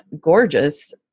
gorgeous